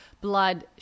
blood